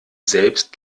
selbst